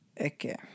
Okay